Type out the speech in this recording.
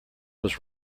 was